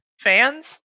fans